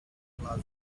plaza